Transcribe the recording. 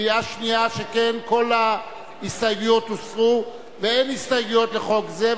בקריאה שנייה שכן כל ההסתייגויות הוסרו ואין הסתייגויות לחוק זה.